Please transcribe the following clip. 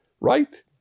right